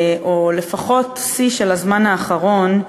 או לפחות שיא של הזמן האחרון,